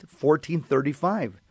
1435